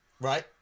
Right